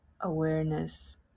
awareness